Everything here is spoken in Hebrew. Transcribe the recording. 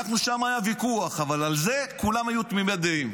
היה שם ויכוח, אבל על זה כולם היו תמימי דעים.